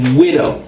widow